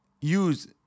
use